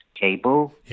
cable